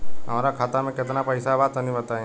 हमरा खाता मे केतना पईसा बा तनि बताईं?